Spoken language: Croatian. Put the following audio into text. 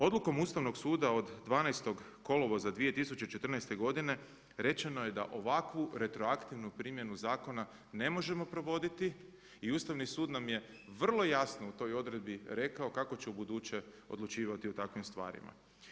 Odlukom Ustavnog suda od 12. kolovoza 2014. godine rečeno je da ovakvu retroaktivnu primjenu zakona ne možemo provoditi i Ustavni sud nam je vrlo jasno u toj odredbi rekao kako će ubuduće odlučivati u takvim stvarima.